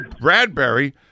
Bradbury